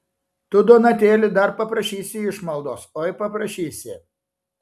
tu donatėli dar paprašysi išmaldos oi paprašysi